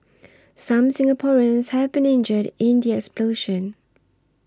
some Singaporeans have been injured in the explosion